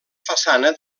façana